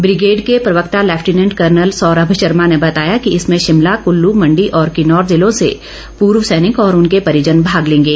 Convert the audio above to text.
brigade के प्रवक्ता lieutenant colonel Saurabh Sharma ने बताया कि इसमें शिमला कुल्लू मंडी और किन्नौर जिलों से पूर्व सैनिक और उनके परिजन भाग लेंगे